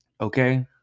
Okay